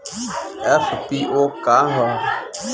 FPO का ह?